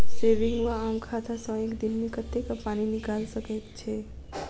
Saving वा आम खाता सँ एक दिनमे कतेक पानि निकाइल सकैत छी?